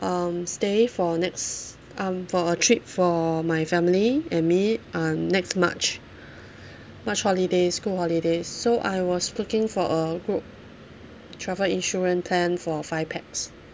um stay for next um for a trip for my family and me um next march march holidays school holidays so I was looking for a group travel insurance plan for five pax